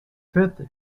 fifth